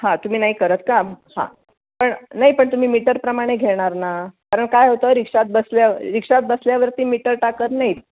हां तुम्ही नाही करत का हां पण नाही पण तुम्ही मीटरप्रमाणे घेणार ना कारण काय होतं रिक्षात बसल्या रिक्षात बसल्यावरती मीटर टाकत नाहीत